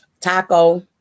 taco